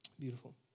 beautiful